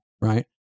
Right